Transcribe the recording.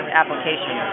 application